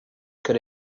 could